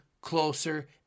closer